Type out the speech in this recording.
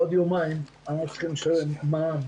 בעוד יומיים אנחנו צריכים לשלם מע"מ.